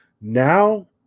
Now